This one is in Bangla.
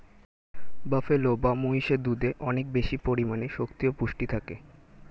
বাফেলো বা মহিষের দুধে অনেক বেশি পরিমাণে শক্তি ও পুষ্টি থাকে